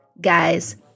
Guys